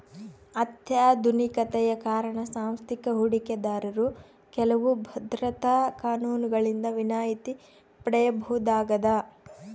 ಅತ್ಯಾಧುನಿಕತೆಯ ಕಾರಣ ಸಾಂಸ್ಥಿಕ ಹೂಡಿಕೆದಾರರು ಕೆಲವು ಭದ್ರತಾ ಕಾನೂನುಗಳಿಂದ ವಿನಾಯಿತಿ ಪಡೆಯಬಹುದಾಗದ